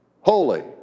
holy